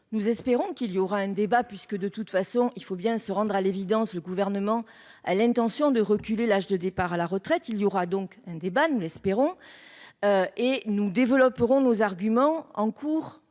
nous espérons qu'il y aura un débat puisque de toute façon, il faut bien se rendre à l'évidence, le gouvernement a l'intention de reculer l'âge de départ à la retraite, il y aura donc un débat, nous l'espérons et nous développerons nos arguments en cours